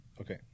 Okay